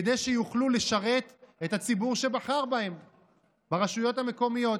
כדי שיוכל לשרת את הציבור שבחר בו ברשויות המקומיות.